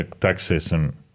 taxation